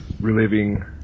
reliving